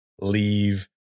leave